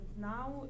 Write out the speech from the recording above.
now